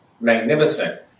magnificent